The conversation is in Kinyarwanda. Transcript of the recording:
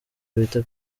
bita